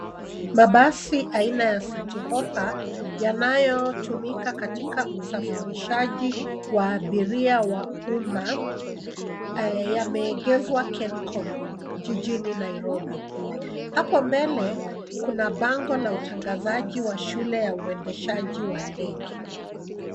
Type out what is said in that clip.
Mabasi aina ya Citi hoppa yanayotumika katika usafirishaji wa abiria wa umma, yameegezwa KENCOM jijini Nairobi. Hapo mbele kuna bango la utangazaji wa shule ya uendeshaji wa ndege.